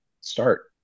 start